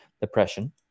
Depression